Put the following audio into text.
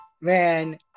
Man